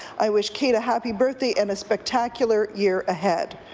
i wish kate a happy birthday and a spectacular year ahead.